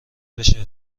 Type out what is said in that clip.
بشه